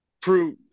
prove